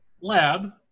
Lab